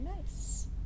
nice